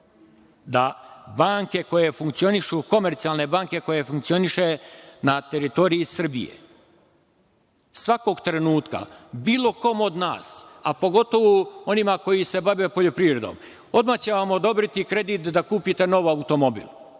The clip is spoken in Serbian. da banke koje funkcionišu, komercijalne banke koje funkcionišu na teritoriji Srbije svakog trenutka, bilo kom od nas, a pogotovu onima koji se bave poljoprivredom, odmah će odobriti kredit da kupite novi automobil.